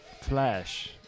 Flash